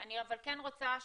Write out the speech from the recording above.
אני אומרת 40,